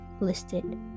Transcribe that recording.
listed